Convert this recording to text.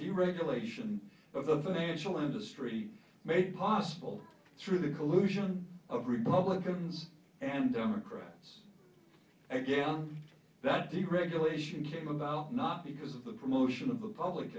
the regulation of the financial industry made possible through the collusion of republicans and democrats again that deregulation came about not because of the promotion of the public